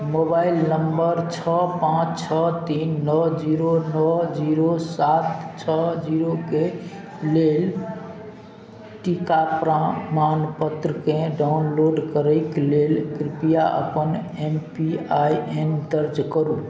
mobile number छओ पाँच छओ तीन नओ जीरो नओ जीरो सात छओ जीरोके लेल टीका प्रमाणपत्रकेँ डाउनलोड करैके लेल कृपया अपन एम पी आइ एन दर्ज करू